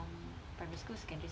um primary school secondary